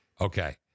Okay